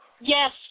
Yes